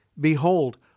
Behold